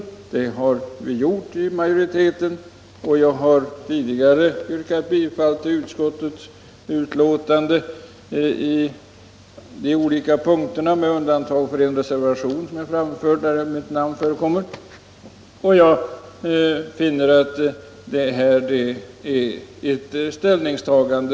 Jag har tidigare yrkat bifall till utskottets hemställan på de olika punkterna, med undantag för ett avsnitt där jag står antecknad för en reservation, och jag finner att detta är ett välbetänkt ställningstagande.